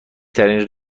ترین